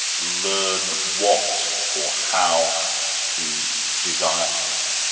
learn what or how to desire something?